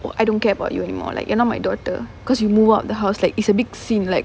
I don't care about you anymore like you're not my daughter because you move out of the house like it's a big scene like